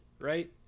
right